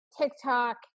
TikTok